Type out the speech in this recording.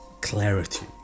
clarity